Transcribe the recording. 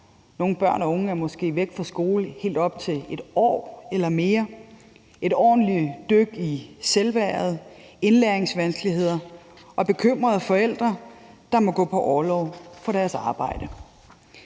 Nogle børn og unge er måske væk fra skole i helt op til et år eller mere – det giver et ordentligt dyk i selvværdet, indlæringsvanskeligheder og bekymrede forældre, der må gå på orlov fra deres arbejde.